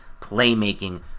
playmaking